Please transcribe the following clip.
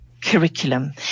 curriculum